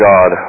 God